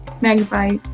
magnify